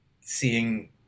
seeing